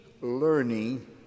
learning